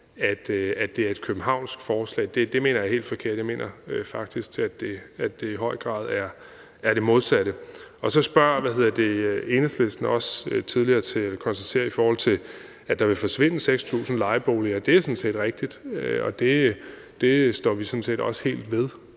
om det er et københavnsk forslag, mener jeg er helt forkert. Jeg mener faktisk, at det i høj grad er det modsatte. Så konstaterer Enhedslisten også, at der vil forsvinde 6.000 lejeboliger. Det er sådan set rigtigt, og det står vi sådan set også helt ved.